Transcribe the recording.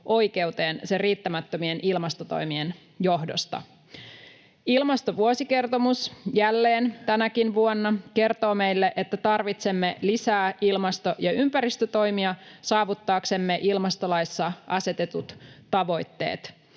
oikeuteen sen riittämättömien ilmastotoimien johdosta. Ilmastovuosikertomus jälleen, tänäkin vuonna, kertoo meille, että tarvitsemme lisää ilmasto- ja ympäristötoimia saavuttaaksemme ilmastolaissa asetetut tavoitteet: